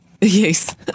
yes